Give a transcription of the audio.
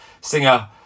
singer